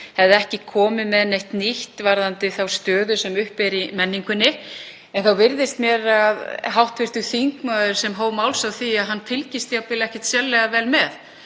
hefði ekki komið með neitt nýtt varðandi þá stöðu sem uppi er í menningunni þá virðist mér að hv. þingmaður sem hóf máls á því fylgist jafnvel ekkert sérlega vel með.